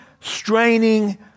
straining